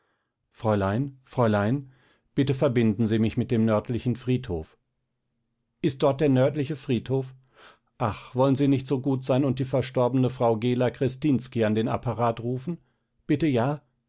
fräulein fräulein bitte verbinden sie mich mit dem nördlichen friedhof ist dort nördlicher friedhof ach wollen sie nicht so gut sein und die verstorbene frau gela krestinski an den apparat rufen bitte ja